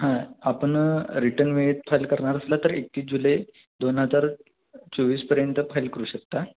हां आपण रिटर्न वेळेत फाईल करणार असला तर एकतीस जुलै दोन हजार चोवीसपर्यंत फाईल करू शकता